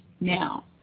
now